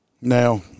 now